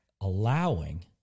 allowing